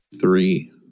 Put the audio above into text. three